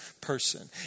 person